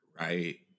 Right